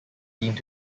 deemed